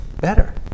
better